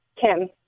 Kim